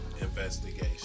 investigation